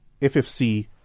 FFc